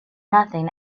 nothing